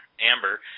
amber